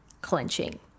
clenching